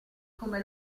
come